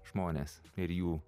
žmonės ir jų